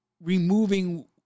removing